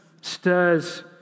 stirs